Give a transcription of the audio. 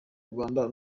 rwanda